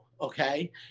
Okay